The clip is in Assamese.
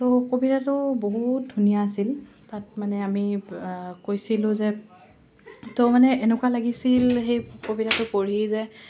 তো কবিতাটো বহুত ধুনীয়া আছিল তাত মানে আমি কৈছিলোঁ যে তো মানে এনেকুৱা লাগিছিল সেই কবিতাটো পঢ়ি যে